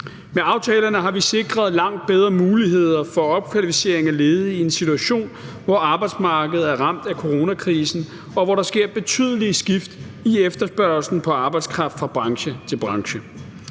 Med aftalerne har vi sikret langt bedre muligheder for opkvalificering af ledige i en situation, hvor arbejdsmarkedet er ramt af coronakrisen, og hvor der sker betydelige skift i efterspørgslen på arbejdskraft fra branche til branche.